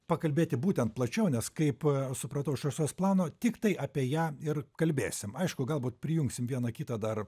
pakalbėti būtent plačiau nes kaip supratau iš rasos plano tiktai apie ją ir kalbėsim aišku galbūt prijungsim vieną kitą dar